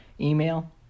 email